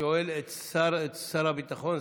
הוא שואל את שר הביטחון,